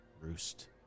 roost